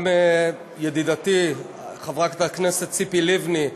גם ידידתי חברת הכנסת ציפי לבני,